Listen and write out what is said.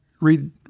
read